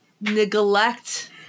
neglect